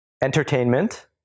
entertainment